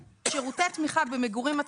לבקשת משרד הרווחה אנחנו נבחן את זה.